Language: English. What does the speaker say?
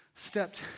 stepped